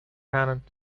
pennant